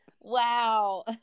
Wow